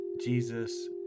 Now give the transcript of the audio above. Jesus